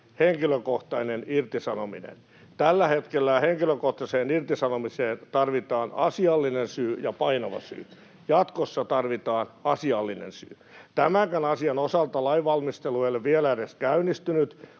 henkilökohtainen irtisanominen. Tällä hetkellä henkilökohtaiseen irtisanomiseen tarvitaan asiallinen syy ja painava syy. Jatkossa tarvitaan asiallinen syy. Tämänkään asian osalta lainvalmistelu ei ole vielä edes käynnistynyt,